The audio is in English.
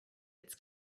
its